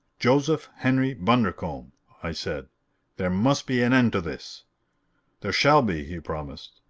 joseph henry bundercombe i said there must be an end to this there shall be he promised.